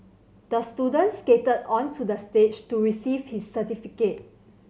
the student skated onto the stage to receive his certificate